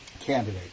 candidate